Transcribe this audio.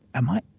am i,